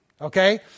Okay